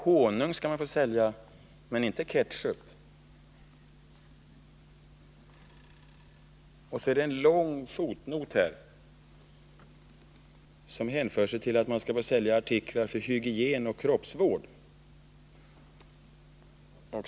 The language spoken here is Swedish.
Honung skall man också få sälja, men inte ketchup. Och så finns det en lång fotnot a artiklar för hygien och här, som hänför sig till att man skall få sälj kroppsvård.